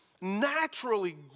naturally